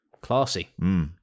Classy